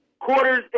Quarters